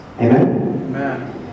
Amen